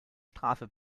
strafe